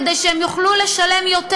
כדי שהם יוכלו לשלם יותר,